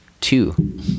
two